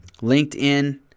LinkedIn